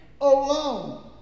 alone